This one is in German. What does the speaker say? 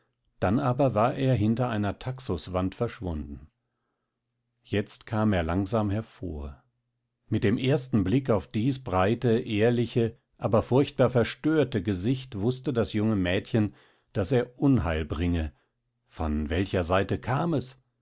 dann aber war er hinter einer taxuswand verschwunden jetzt kam er langsam hervor mit dem ersten blick auf dies breite ehrliche aber furchtbar verstörte gesicht wußte das junge mädchen daß er unheil bringe von welcher seite kam es